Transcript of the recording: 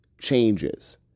changes